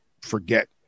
forget